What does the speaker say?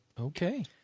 Okay